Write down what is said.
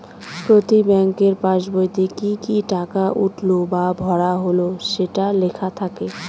প্রতি ব্যাঙ্কের পাসবইতে কি কি টাকা উঠলো বা ভরা হল সেটা লেখা থাকে